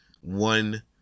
One